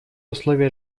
условия